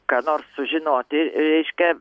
ką nors sužinoti reiškia